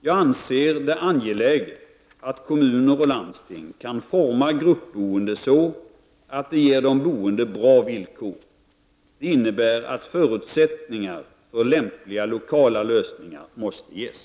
Jag anser det angeläget att kommuner och landsting kan forma gruppboende så att det ger de boende bra villkor. Det innebär att förutsättningar för lämpliga lokala lösningar måste ges.